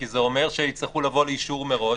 כי זה אומר שיצטרכו לבוא לאישור מראש